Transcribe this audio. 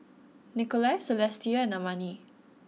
Nikolai Celestia and Amani